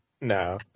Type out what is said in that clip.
No